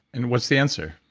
and what's the answer?